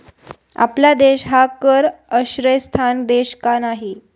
आपला देश हा कर आश्रयस्थान देश का नाही?